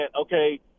okay